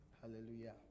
Hallelujah